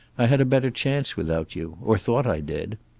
i had a better chance without you. or thought i did.